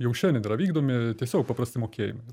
jau šiandien yra vykdomi tiesiog paprasti mokėjimai